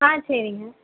ஆ சரிங்க